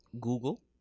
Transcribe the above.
google